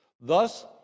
Thus